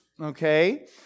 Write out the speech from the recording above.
okay